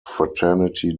fraternity